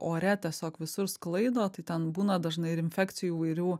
ore tiesiog visur sklaido tai ten būna dažnai infekcijų įvairių